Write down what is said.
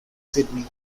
sydney